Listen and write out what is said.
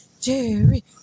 Jerry